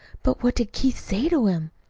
but what did keith say to him?